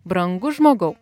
brangus žmogau